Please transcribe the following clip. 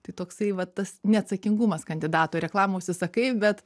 tai toksai va tas neatsakingumas kandidatų reklamą užsisakai bet